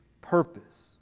purpose